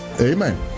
Amen